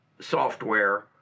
software